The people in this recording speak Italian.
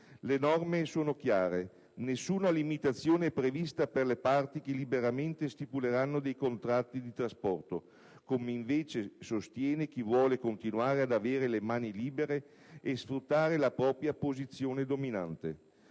Le norme sono chiare: nessuna limitazione è prevista per le parti che liberamente stipuleranno dei contratti di trasporto, come invece sostiene chi vuole continuare ad avere le mani libere e sfruttare la propria posizione dominante;